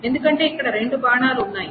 ఎందుకంటే ఇక్కడ రెండు బాణాలు ఉన్నాయి